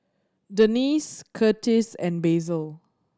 Denice Kurtis and Basil